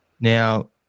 Now